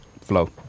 flow